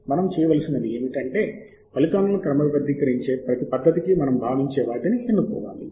మనం చేయవలసినది ఏమిటంటే ఫలితాలను క్రమబద్ధీకరించే ప్రతి పద్ధతికి మనం భావించే వాటిని ఎన్నుకోవాలి